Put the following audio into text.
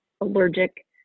allergic